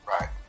right